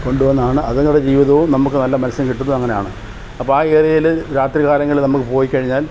കൊണ്ടു വന്നാണ് അതുങ്ങടെ ജീവിതവും നമുക്ക് നല്ല മൽസ്യം കിട്ടുന്നതും അങ്ങനെയാണ് അപ്പം ആ ഏരിയയിൽ രാത്രി കാലങ്ങളിൽ നമുക്ക് പോയി കഴിഞ്ഞാൽ